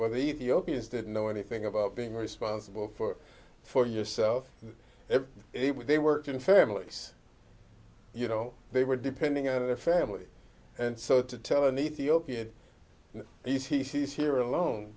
what the ethiopians didn't know anything about being responsible for for yourself if they worked in families you know they were depending on their family and so to tell an ethiopian he's here alone